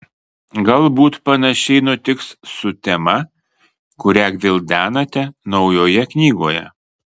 galbūt panašiai nutiks su tema kurią gvildenate naujoje knygoje